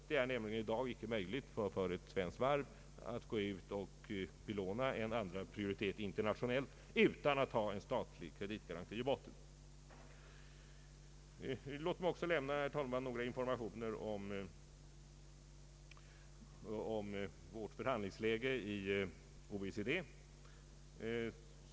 Det är nämligen i dag icke möjligt för ett svenskt varv att gå ut och belåna en andra prioritet internationellt utan att ha en statlig kreditgaranti i botten. Låt mig också, herr talman, lämna några informationer om vårt förhandlingsläge i OECD.